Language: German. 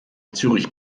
zürich